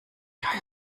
geil